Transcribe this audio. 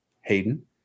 Hayden